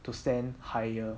to stand higher